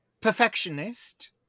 perfectionist